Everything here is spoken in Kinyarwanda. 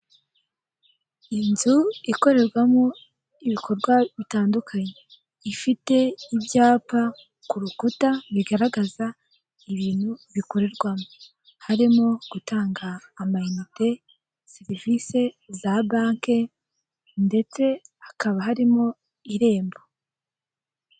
Inzu ikorerwamo ibikorwa bitandukanye, ifite ibyapa ku rukuta bigaragaza ibintu bikorerwamo, harimo gutanga ama inite serivisi za banki, ndetse hakaba harimo irembo.